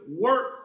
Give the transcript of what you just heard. work